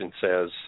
says